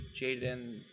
Jaden